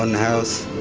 and house.